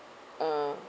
uh